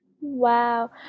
Wow